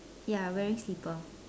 ya wearing slipper